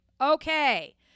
Okay